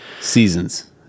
Seasons